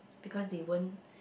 because they won't